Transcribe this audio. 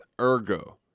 Ergo